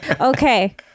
Okay